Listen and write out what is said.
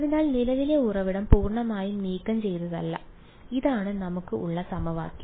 അതിനാൽ നിലവിലെ ഉറവിടം പൂർണ്ണമായും നീക്കം ചെയ്തതല്ല ഇതാണ് നമുക്ക് ഉള്ള സമവാക്യം